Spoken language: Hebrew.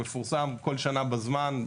מפורסם כל שנה בזמן,